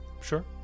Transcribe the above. Sure